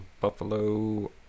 buffalo